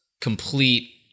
complete